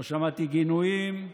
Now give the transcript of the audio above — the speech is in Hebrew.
לא שמעתי גינויים,